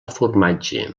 formatge